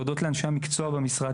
להודות לאנשי המקצוע במשרד,